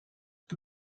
que